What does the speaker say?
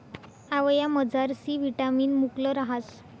आवयामझार C vitamin मुकलं रहास